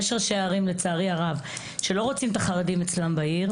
יש ראשי ערים לצערי הרב שלא רוצים את החרדים אצלם בעיר,